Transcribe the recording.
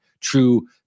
true